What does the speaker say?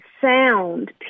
sound